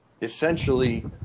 essentially